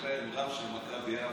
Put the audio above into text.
היה להם רב של מכבי יפו,